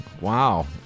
wow